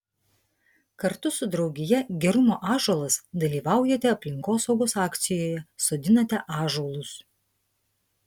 kartu su draugija gerumo ąžuolas dalyvaujate aplinkosaugos akcijoje sodinate ąžuolus